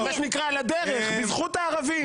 מה שנקרא, על הדרך, בזכות הערבים.